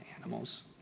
animals